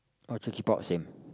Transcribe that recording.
oh the key pouch same